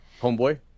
Homeboy